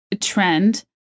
trend